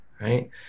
right